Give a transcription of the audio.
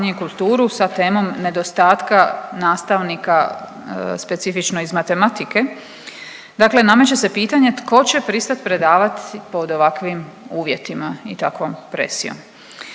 i kulturu sa temom nedostatka nastavnika specifično iz matematike. Dakle, nameće se pitanje tko će pristat predavat pod ovakvim uvjetima i takvom presijom.